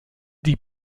die